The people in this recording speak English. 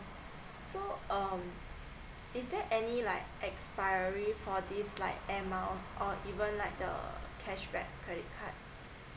so um is there any like expiry for this like air miles or even like the cashback credit card